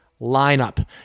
lineup